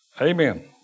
Amen